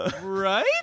right